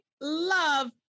love